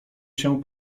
się